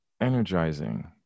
energizing